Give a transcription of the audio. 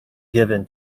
given